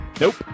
Nope